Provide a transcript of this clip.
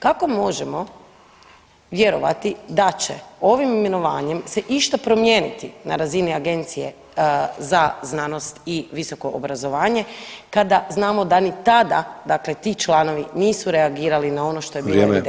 Kako možemo vjerovati da će ovim imenovanjem se išta promijeniti na razini Agencije za znanost i visoko obrazovanje kada znamo da ni tada, dakle ti članovi nisu reagirali na ono [[Upadica Sanader: Vrijeme.]] što je bilo evidentno.